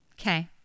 Okay